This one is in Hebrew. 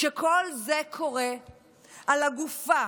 שכל זה קורה על הגופה